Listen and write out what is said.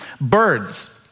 Birds